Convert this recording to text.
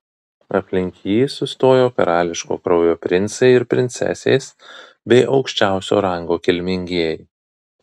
aplink jį sustojo karališko kraujo princai ir princesės bei aukščiausio rango kilmingieji